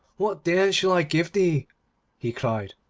what then shall i give thee he cried,